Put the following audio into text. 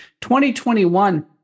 2021